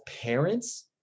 parents